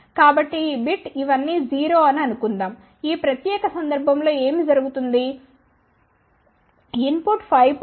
కాబట్టి ఈ బిట్ ఇవన్నీ 0 అని అనుకుందాం ఆ ప్రత్యేక సందర్భం లో ఏమి జరుగుతుంది ఇన్పుట్ 5